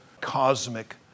cosmic